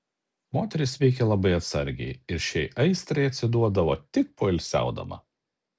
moteris veikė labai atsargiai ir šiai aistrai atsiduodavo tik poilsiaudama